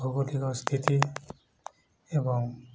ଭୌଗତିକ ସ୍ଥିତି ଏବଂ